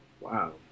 Wow